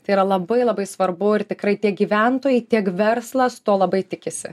tai yra labai labai svarbu ir tikrai tiek gyventojai tiek verslas to labai tikisi